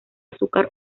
azúcar